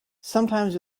sometimes